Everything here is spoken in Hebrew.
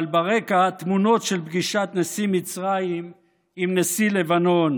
אבל ברקע תמונות של פגישת נשיא מצרים עם נשיא לבנון.